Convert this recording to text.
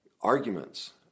Arguments